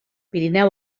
pirineu